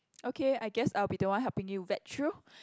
okay I guess I'll be the one helping you vet through